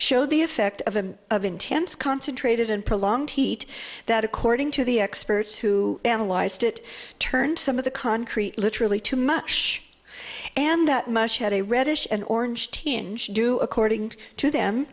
showed the effect of a of intense concentrated and prolonged heat that according to the experts who analyzed it turned some of the concrete literally too much and at most had a reddish and orange tinge do according to them